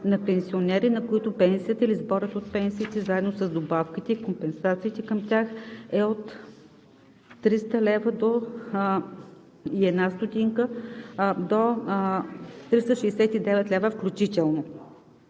на пенсионери, на които пенсията или сборът от пенсиите, заедно с добавките и компенсациите към тях е от 300,01 лв. до 369 лв., включително.